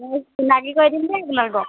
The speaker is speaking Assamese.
মই চিনাকি কৰি দিম দেই আপোনালোকক